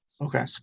Okay